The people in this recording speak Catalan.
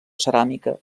ceràmica